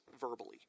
verbally